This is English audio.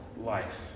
life